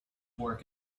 work